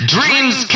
Dreams